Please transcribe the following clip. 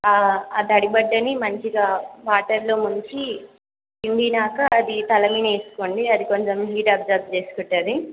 ఆ తడి బట్టని మంచిగా వాటర్లో ముంచి పిండినాక అది తలమీద వేసుకోండి అది కొంచెం హీట్ అబ్సారబ్ చేసుకుంటుంది